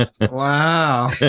Wow